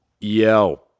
Yo